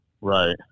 Right